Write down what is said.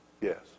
Yes